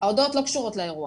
ההודעות לא קשורות לאירוע